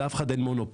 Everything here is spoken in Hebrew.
לאף אחד אין מונופול,